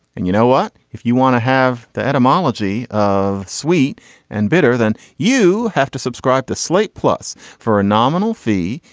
and you know what. if you want to have the etymology of sweet and bitter then you have to subscribe to slate plus for a nominal fee.